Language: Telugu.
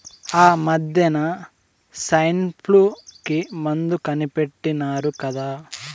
ఆమద్దెన సైన్ఫ్లూ కి మందు కనిపెట్టినారు కదా